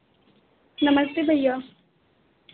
नमस्ते भैया